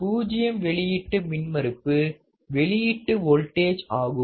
பூஜியம் வெளியீட்டு மின்மறுப்பு வெளியீட்டு வோல்டேஜ் ஆகும்